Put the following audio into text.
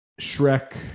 Shrek